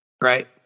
Right